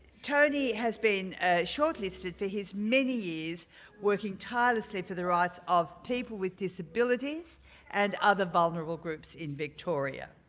tony has been shortlisted for his many years working tirelessly for the rights of people with disabilities and other vulnerable groups in victoria.